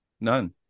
None